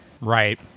Right